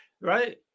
right